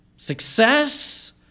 success